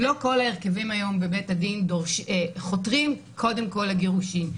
לא כל הרכבים היום בבית הדין חותרים קודם כל לגירושין.